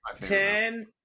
ten